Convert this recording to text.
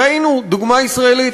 ראינו דוגמה ישראלית,